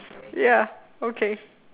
ya okay